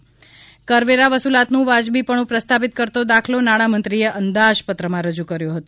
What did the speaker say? નિર્મળા શ્લોક કરવેરા વસુલાતનું વાજબીપણું પ્રસ્થાપિત કરતો દાખલો નાણામંત્રીએ અંદાજપત્રમાં રજૂ કર્યો હતો